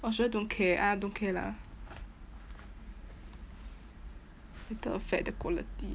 or should I don't care ah don't care lah later affect the quality